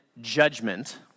judgment